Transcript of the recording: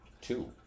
two